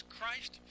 Christ